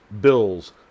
Bills